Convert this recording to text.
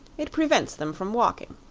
it prevents them from walking.